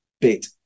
bit